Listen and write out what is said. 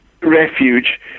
refuge